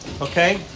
Okay